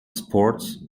sports